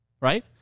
right